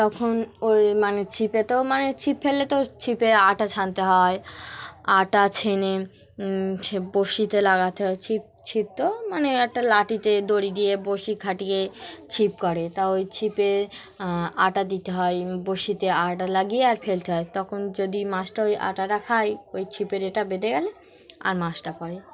তখন ওই মানে ছিপে তো মানে ছিপ ফেললে তো ছিপে আটা ছানতে হয় আটা ছেনে বরশিতে লাগাতে হয় ছিপ ছিপ তো মানে একটা লাঠি দিয়ে দড়ি দিয়ে বরশি খাটিয়ে ছিপ করে তা ওই ছিপে আটা দিতে হয় বরশিতে আটা লাগিয়ে আর ফেলতে হয় তখন যদি মাছটা ওই আটাটা খায় ওই ছিপে এটা বেঁধে গেলে আর মাছটা করে